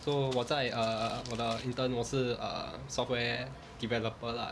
so 我在 err 我的 intern 我是 err software developer lah